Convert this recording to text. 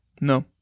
No